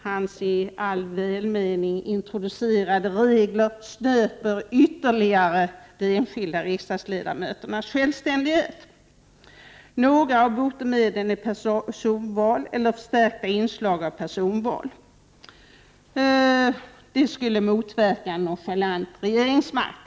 Hans — i all välmening — introducerade regler snöper ytterligare de enskilda riksdagsledamöternas självständighet. Några av botemedlen är personval eller förstärkta inslag av personval. Det skulle motverka en nonchalant regeringsmakt.